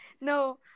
no